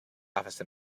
office